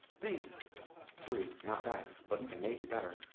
b three. not bad, but you can make it better.